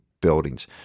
buildings